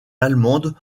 allemandes